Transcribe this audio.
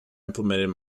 implemented